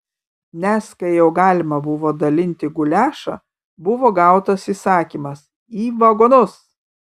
nes kai jau galima buvo dalinti guliašą buvo gautas įsakymas į vagonus